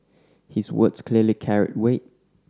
his words clearly carried weight